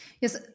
Yes